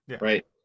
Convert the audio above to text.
right